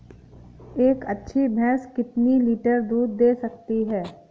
एक अच्छी भैंस कितनी लीटर दूध दे सकती है?